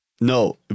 No